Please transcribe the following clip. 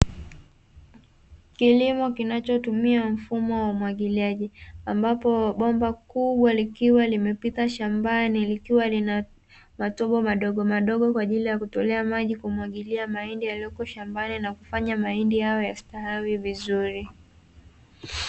Kilimo kinachotumia mfumo wa umwagiliaji, ambapo bomba kubwa likiwa limepita shambani, likiwa lina matobo madogomadogo kwa ajili ya kutolea maji kumwagilia mahindi yaliyoko shambani na kufanya mahindi yastawi vizuri.